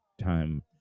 time